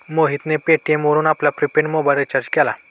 मोहितने पेटीएम वरून आपला प्रिपेड मोबाइल रिचार्ज केला